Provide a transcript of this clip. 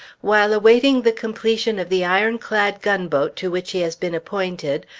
while awaiting the completion of the ironclad gunboat to which he has been appointed,